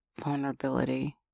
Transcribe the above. vulnerability